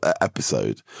episode